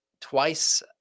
twice